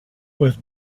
with